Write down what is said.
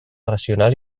racional